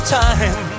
time